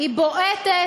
היא בועטת,